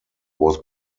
was